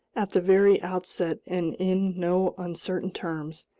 at the very outset and in no uncertain terms,